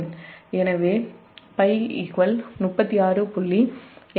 எனவே Φ 36